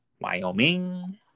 Wyoming